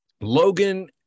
Logan